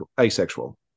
asexual